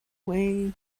way